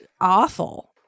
awful